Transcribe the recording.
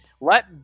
let